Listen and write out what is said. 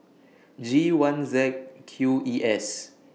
G one Z Q E S